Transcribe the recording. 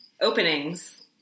openings